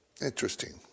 Interesting